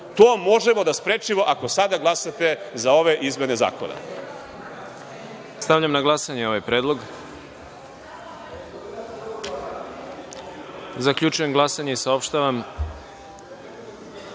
To možemo da sprečimo ako sada glasate za ove izmene zakona. **Đorđe Milićević** Stavljam na glasanje ovaj predlog. Zaključujem glasanje i saopštavam: